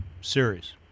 series